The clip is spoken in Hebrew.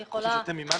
זה קורס שאתם מימנתם?